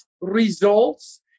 results